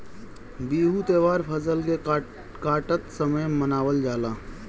बिहू त्यौहार फसल के काटत समय मनावल जाला